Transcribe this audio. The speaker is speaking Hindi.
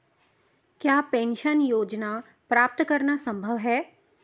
क्या पेंशन योजना प्राप्त करना संभव है?